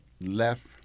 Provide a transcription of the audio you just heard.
left